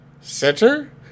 center